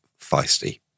feisty